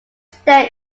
stem